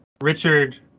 richard